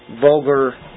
Vulgar